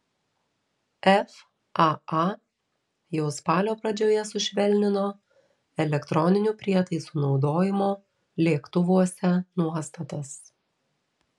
faa jau spalio pradžioje sušvelnino elektroninių prietaisų naudojimo lėktuvuose nuostatas